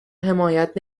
حمایت